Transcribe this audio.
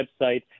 website